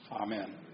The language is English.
Amen